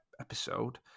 episode